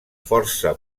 força